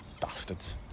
Bastards